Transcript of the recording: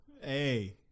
Hey